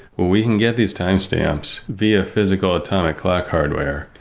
we can get these timestamps via physical atomic clock hardware,